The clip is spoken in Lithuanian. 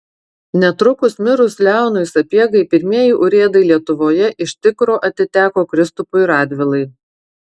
netrukus mirus leonui sapiegai pirmieji urėdai lietuvoje iš tikro atiteko kristupui radvilai